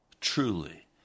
truly